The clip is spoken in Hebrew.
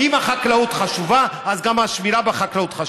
אם החקלאות חשובה, אז גם השמירה בחקלאות חשובה.